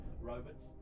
Robots